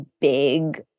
big